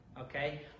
Okay